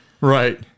right